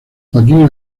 joaquín